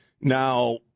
Now